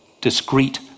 discrete